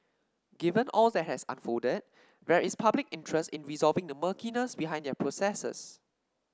given all that has unfolded there is public interest in resolving the murkiness behind their processes